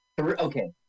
Okay